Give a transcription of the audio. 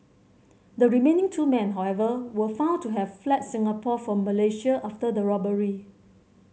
the remaining two men however were found to have fled Singapore for Malaysia after the robbery